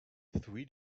three